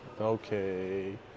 Okay